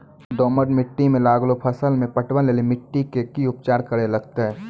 दोमट मिट्टी मे लागलो फसल मे पटवन लेली मिट्टी के की उपचार करे लगते?